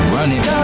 Running